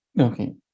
Okay